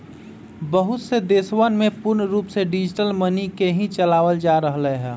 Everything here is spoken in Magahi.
बहुत से देशवन में पूर्ण रूप से डिजिटल मनी के ही चलावल जा रहले है